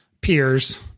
peers